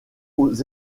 aux